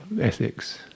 ethics